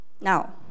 Now